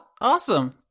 Awesome